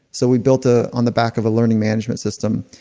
so we built ah on the back of a learning management system,